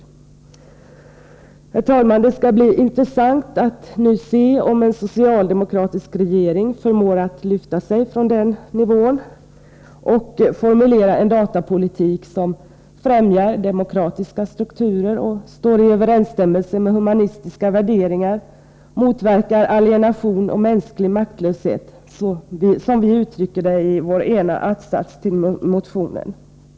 Herr talman! Det skall bli intressant att nu se om en socialdemokratisk regering förmår att lyfta sig från den nivå de datapolitiska utredningarna har arbetat på och formulera en datapolitik som främjar demokratiska strukturer och står i överensstämmelse med humanistiska värderingar och motverkar alienation och mänsklig maktlöshet, som vi uttrycker det i vår ena att-sats till motion 1437.